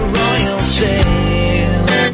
royalty